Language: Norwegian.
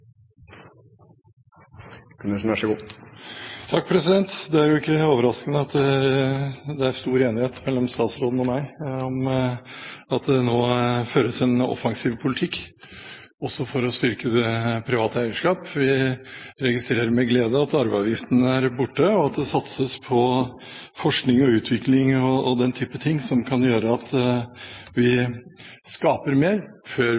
at det er stor enighet mellom statsråden og meg om at det nå føres en offensiv politikk for å styrke det private eierskap. Vi registrerer med glede at arveavgiften er borte, og at det satses på forskning og utvikling – den type ting – som kan gjøre at vi skaper mer, før